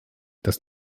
das